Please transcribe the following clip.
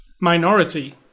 minority